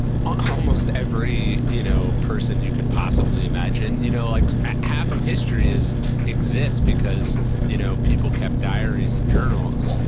almost every you know person you could possibly imagine, you know like half of histories exists because you know people kept diaries and journals.